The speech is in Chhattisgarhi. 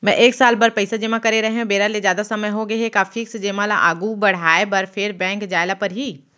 मैं एक साल बर पइसा जेमा करे रहेंव, बेरा ले जादा समय होगे हे का फिक्स जेमा ल आगू बढ़ाये बर फेर बैंक जाय ल परहि?